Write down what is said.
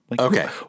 Okay